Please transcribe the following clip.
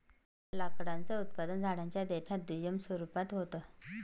लाकडाचं उत्पादन झाडांच्या देठात दुय्यम स्वरूपात होत